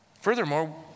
Furthermore